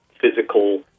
physical